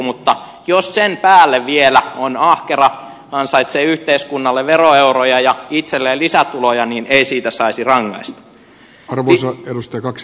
mutta jos sen päälle vielä on ahkera ansaitsee yhteiskunnalle veroeuroja ja itselleen lisätuloja niin ei siitä saisi rangaista corvus ottelusta kaksi